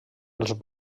els